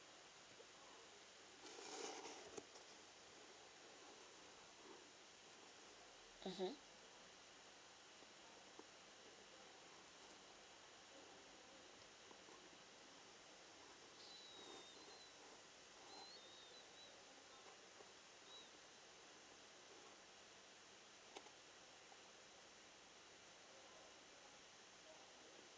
mmhmm